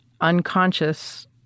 unconscious